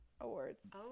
Awards